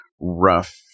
rough